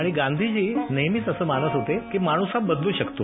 आणि गांधीजी नेहमीच असं मानत होते माणूस हा बदलू शकतो